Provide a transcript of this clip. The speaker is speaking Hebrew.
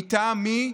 מטעם מי?